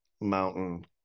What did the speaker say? mountain